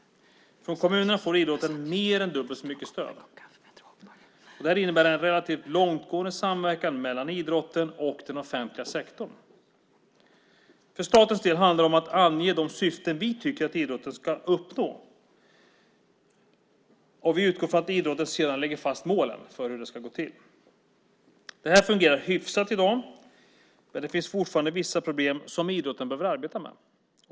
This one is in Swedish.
Från kommunerna får idrotten mer än dubbelt så mycket stöd. Det här innebär en relativt långtgående samverkan mellan idrotten och den offentliga sektorn. För statens del handlar det om att ange de syften vi tycker att idrotten ska uppnå. Vi utgår från att idrotten sedan lägger fast målen för hur det ska gå till. Det här fungerar hyfsat i dag, men det finns fortfarande vissa problem som idrotten behöver arbeta med.